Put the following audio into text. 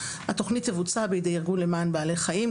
התכנית תבוצע בידי ארגון למען בעלי חיים,